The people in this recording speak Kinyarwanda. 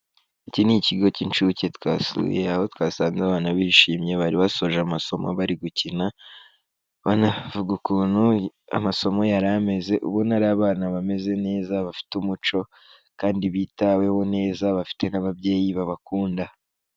Iki ni ikigo cy'incuke twasuye, aho twasanze abana bishimye, bari basoje amasomo bari gukina, banavuga ukuntu amasomo yari ameze; ubona ari abana bameze neza, bafite umuco kandi bitaweho neza, bafite n'ababyeyi babakunda.